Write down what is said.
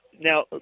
Now